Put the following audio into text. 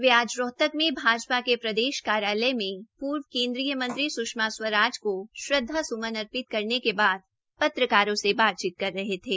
वे आज रोहतक में भाजपा के प्रदेश कार्यालय में पूर्व केन्द्रीय मंत्री स्षमा स्वराज को श्रद्वास्मन अर्पित करे के बाद पत्रकारोंसे बातचीत कर रहे थे